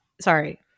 sorry